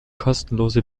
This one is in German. kostenlose